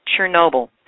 Chernobyl